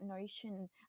notion